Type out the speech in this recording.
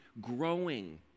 growing